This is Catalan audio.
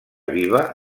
viva